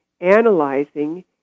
analyzing